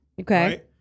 Okay